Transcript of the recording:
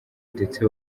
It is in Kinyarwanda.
ndetse